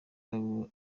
nabo